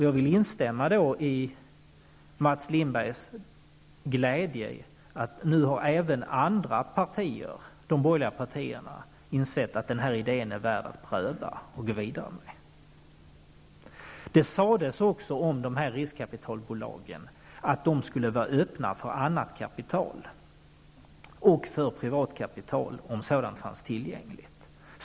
Jag delar Mats Lindbergs glädje över att man även i de borgerliga partierna har insett att det är värt att pröva den här idén, att det är värt att gå vidare med den. Om riskkapitalbolagen har det också sagts att dessa skulle vara öppna för annat kapital och även för privatkapitalet, om sådant fanns tillgängligt.